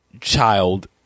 child